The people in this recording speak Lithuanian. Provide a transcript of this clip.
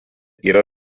yra